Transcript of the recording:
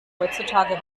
heutzutage